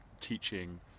teaching